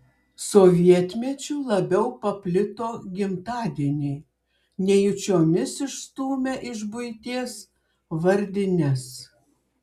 sovietmečiu labiau paplito gimtadieniai nejučiomis išstūmę iš buities vardines